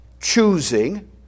choosing